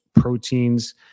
proteins